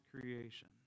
creation